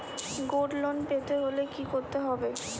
Gold loan পেতে হলে কি করতে হবে?